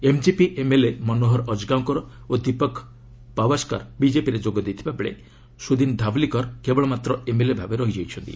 ଏମ୍କିପି MLA Manohar Ajgaonkar ଓ ଦୀପକ୍ ପାୱାସ୍କର ବିଜେପିରେ ଯୋଗଦେଇଥିବା ବେଳେ ସୁଦୀନ୍ ଧାବଲିକର୍ କେବଳମାତ୍ର ଏମ୍ଏଲ୍ଏ ଭାବେ ରହିଯାଇଛନ୍ତି